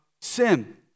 sin